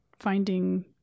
finding